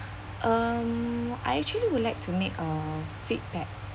um I actually would like to make a feedback